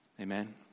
Amen